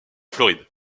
floride